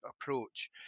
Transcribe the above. approach